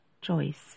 choice